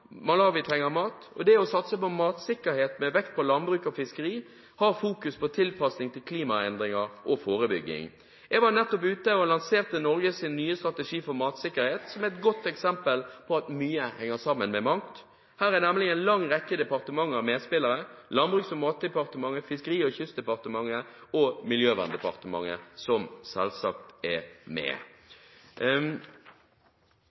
trenger mat, Malawi trenger mat. Det å satse på matsikkerhet med vekt på landbruk og fiskeri har fokus på tilpasning til klimaendringer og forebygging. Jeg var nettopp ute og lanserte Norges nye strategi for matsikkerhet, som er et godt eksempel på at mye henger sammen med mangt. Her er nemlig en lang rekke departementer medspillere: Landbruks- og matdepartementet, Fiskeri- og kystdepartementet og Miljøverndepartementet.